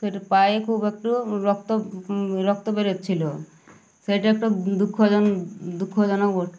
সেটা পায়ে খুব একটু রক্ত রক্ত বেরোচ্ছিলো সেটা একটু দুঃখজন দুঃখজনক